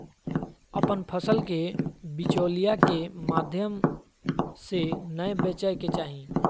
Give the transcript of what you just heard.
अपन फसल के बिचौलिया के माध्यम से नै बेचय के चाही